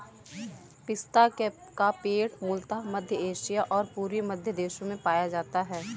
पिस्ता का पेड़ मूलतः मध्य एशिया और पूर्वी मध्य देशों में पाया जाता है